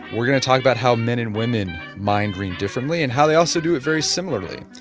we are going to talk about how men and women mind read differently and how they also do it very similarly.